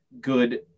good